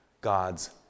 God's